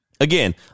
Again